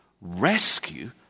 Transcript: rescue